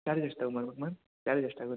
charge ಎಷ್ಟಾಗ್ಬೋದು ma'am charge ಎಷ್ಟಾಗುತ್ತೆ